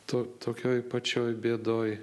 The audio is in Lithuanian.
to tokioj pačioj bėdoj